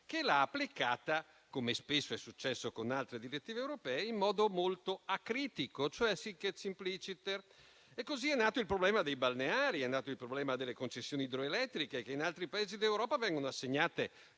che l'ha applicata, come spesso è successo con altre direttive europee, in modo molto acritico, cioè *sic et simpliciter*. In questo modo, è nato il problema dei balneari e quello delle concessioni idroelettriche, che in altri Paesi d'Europa vengono assegnate